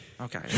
Okay